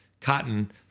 cotton